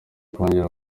kongera